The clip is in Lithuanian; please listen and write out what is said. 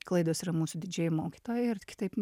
klaidos yra mūsų didžieji mokytojai ir t kitaip